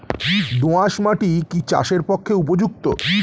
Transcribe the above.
দোআঁশ মাটি কি চাষের পক্ষে উপযুক্ত?